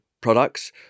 products